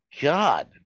God